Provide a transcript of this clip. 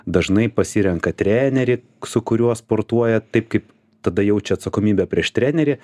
dažnai pasirenka trenerį su kuriuo sportuoja taip kaip tada jaučia atsakomybę prieš trenerį